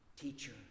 teacher